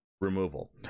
removal